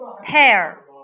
Pear